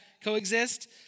coexist